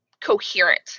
coherent